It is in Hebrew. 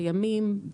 בימים,